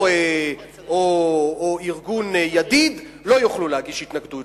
או ארגון "ידיד" לא יוכלו להגיש התנגדות.